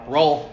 Roll